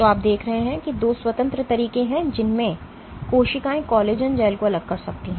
तो आप देखते हैं कि दो स्वतंत्र तरीके हैं जिनमें कोशिकाएं कोलेजन जैल को अलग कर सकती हैं